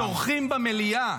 כשצורחים במליאה,